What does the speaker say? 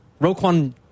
Roquan